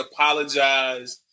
Apologize